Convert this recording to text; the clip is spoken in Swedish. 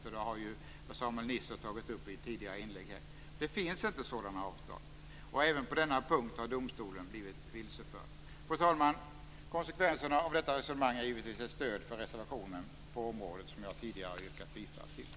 Denna fråga har Per-Samuel Nisser tagit upp i ett tidigare inlägg. Men det finns inte sådana avtal. Även på denna punkt har domstolen blivit vilseförd. Fru talman! Konsekvenserna av detta resonemang är givetvis ett stöd för godkännande av anmälan i reservationen på området.